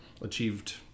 achieved